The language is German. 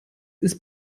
ist